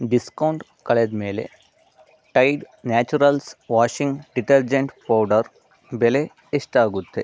discount ಕಳೆದ ಮೇಲೆ Tide Naturals washing detergent powder ಬೆಲೆ ಎಷ್ಟಾಗುತ್ತೆ